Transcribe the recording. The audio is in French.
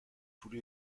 toutes